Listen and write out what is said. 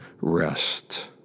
rest